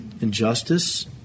injustice